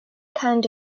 kind